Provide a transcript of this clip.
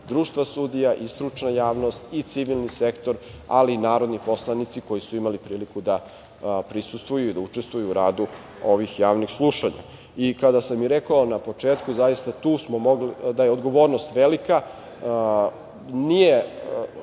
Društva sudija, stručna javnost, civilni sektor, ali i narodni poslanici koji su imali priliku da prisustvuju i da učestvuju u radu ovih javnih slušanja. Kada sam rekao na početku da je odgovornost velika, nije